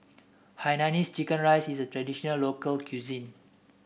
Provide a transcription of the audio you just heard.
Hainanese Chicken Rice is a traditional local cuisine